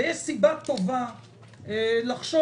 ויש סיבה טובה לחשוב,